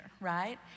right